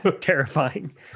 terrifying